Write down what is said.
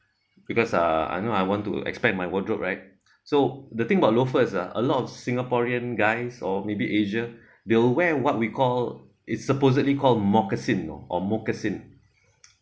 because uh I know I want to expand my wardrobe right so the thing about loafers are a lot of singaporean guys or maybe asia they'll wear what we call it's supposedly called moccasin or or moccasin